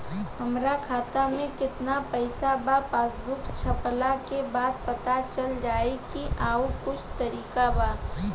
हमरा खाता में केतना पइसा बा पासबुक छपला के बाद पता चल जाई कि आउर कुछ तरिका बा?